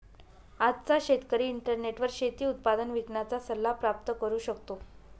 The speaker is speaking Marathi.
आजचा शेतकरी इंटरनेटवर शेती उत्पादन विकण्याचा सल्ला प्राप्त करू शकतो